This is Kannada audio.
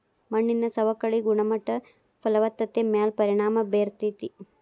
ಮಣ್ಣಿನ ಸವಕಳಿ ಗುಣಮಟ್ಟ ಫಲವತ್ತತೆ ಮ್ಯಾಲ ಪರಿಣಾಮಾ ಬೇರತತಿ